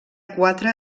quatre